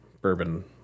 bourbon